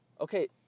Okay